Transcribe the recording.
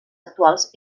actuals